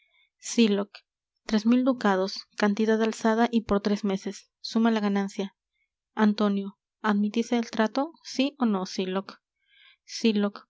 sylock tres mil ducados cantidad alzada y por tres meses suma la ganancia antonio admitís el trato si ó no sylock sylock